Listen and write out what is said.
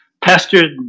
pestered